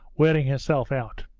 wearing herself out